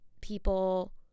people